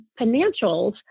financials